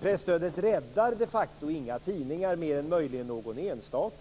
Presstödet räddar de facto inga tidningar mer än möjligen någon enstaka.